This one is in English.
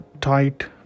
tight